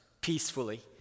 peacefully